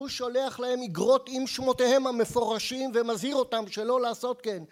הוא שולח להם איגרות עם שמותיהם המפורשים, ומזהיר אותם שלא לעשות כן.